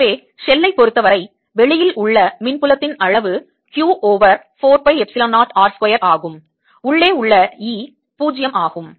எனவே ஷெல்லைப் பொறுத்தவரை வெளியில் உள்ள மின்புலத்தின் அளவு Q over 4 pi epsilon 0 r square ஆகும் உள்ளே உள்ள E 0 ஆகும்